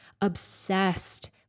obsessed